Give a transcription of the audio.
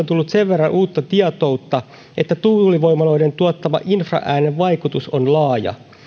tullut sen verran uutta tietoutta että tuulivoimaloiden tuottaman infraäänen vaikutus on laaja